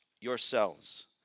yourselves